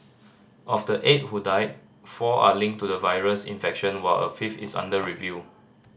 of the eight who died four are linked to the virus infection while a fifth is under review